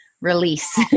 release